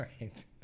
Right